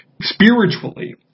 spiritually